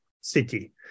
city